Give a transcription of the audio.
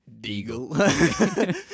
Deagle